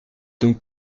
donc